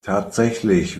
tatsächlich